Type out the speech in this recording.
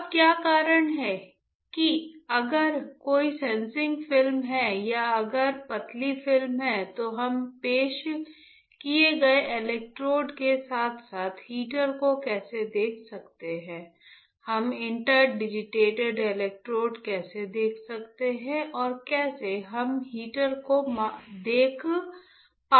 अब क्या कारण है कि अगर कोई सेंसिंग फिल्म है या अगर पतली फिल्म है तो हम पेश किए गए इलेक्ट्रोड के साथ साथ हीटर को कैसे देख सकते हैं हम इंटर डिजिटेटेड इलेक्ट्रोड कैसे देख सकते हैं और कैसे हम हीटर को देख पा रहे हैं